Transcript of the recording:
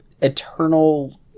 eternal